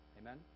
Amen